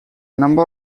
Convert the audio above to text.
number